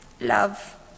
love